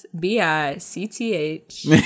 B-I-C-T-H